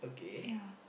ya